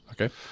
Okay